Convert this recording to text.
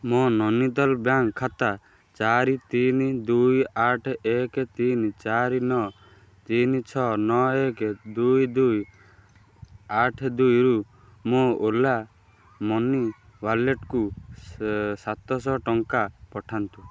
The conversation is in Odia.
ମୋ ନୈନିତାଲ ବ୍ୟାଙ୍କ୍ ଖାତା ଚାରି ତିନି ଦୁଇ ଆଠ ଏକ ତିନି ଚାରି ନଅ ତିନି ଛଅ ନଅ ଏକ ଦୁଇ ଦୁଇ ଆଠ ଦୁଇରୁ ମୋ ଓଲା ମନି ୱାଲେଟ୍କୁ ସେ ସାତଶହ ଟଙ୍କା ପଠାନ୍ତୁ